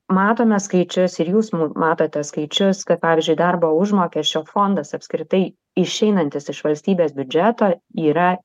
matome skaičius ir jūs matote skaičius kad pavyzdžiui darbo užmokesčio fondas apskritai išeinantis iš valstybės biudžeto yra